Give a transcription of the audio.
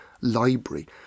library